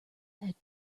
had